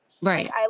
right